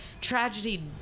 tragedy